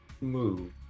move